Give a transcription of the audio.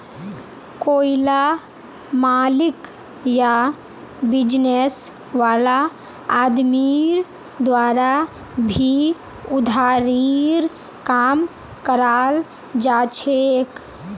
कोईला मालिक या बिजनेस वाला आदमीर द्वारा भी उधारीर काम कराल जाछेक